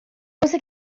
você